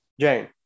Jane